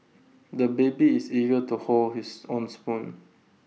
the baby is eager to hold his own spoon